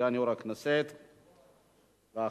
סגן יושב-ראש הכנסת, ואחריו,